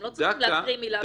הם לא צריכים להקריא מילה במילה.